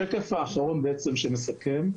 השקף האחרון הוא סיכום: